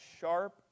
sharp